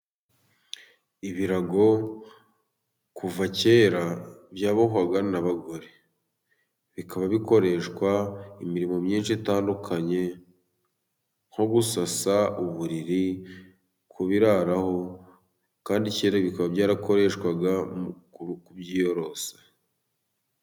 Ibirago kuva kera byabohwaga n'abagore, bikaba bikoreshwa imirimo myinshi itandukanye, nko gusasa uburiri, kubiraraho, kandi kera bikaba byarakoreshwaga mu ku kubyiyorosa.